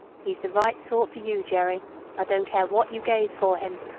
he's the right sort for you, jerry i don't care what you gave for him,